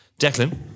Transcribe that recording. Declan